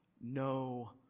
no